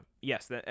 Yes